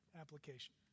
application